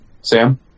Sam